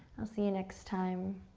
i'll see you next time.